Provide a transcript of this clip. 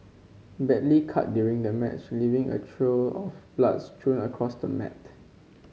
badly cut during the match leaving a of bloods strewn across the mat